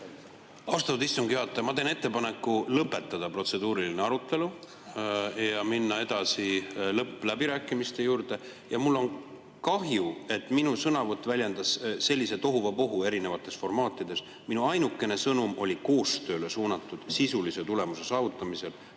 Austatud istungi juhataja! Ma teen ettepaneku lõpetada protseduuriline arutelu ja minna edasi lõppläbirääkimiste juurde. Ja mul on kahju, et minu sõnavõtt tekitas sellise tohuvabohu erinevates formaatides. Mu ainukene sõnum oli suunatud koostööle ja sisulise tulemuse saavutamisele.